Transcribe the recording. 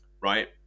right